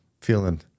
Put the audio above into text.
feeling